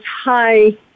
high